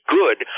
good